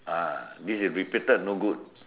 ah this is repeated no good